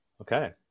Okay